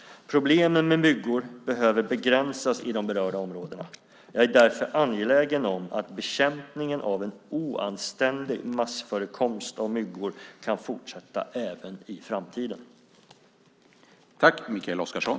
Problemen med myggor behöver begränsas i de berörda områdena. Jag är därför angelägen om att bekämpningen av en oanständig massförekomst av myggor kan fortsätta även i framtiden.